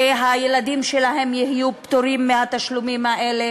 הילדים שלו יהיו פטורים מהתשלומים האלה